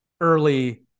early